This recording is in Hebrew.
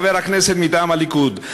חבר כנסת מטעם הליכוד,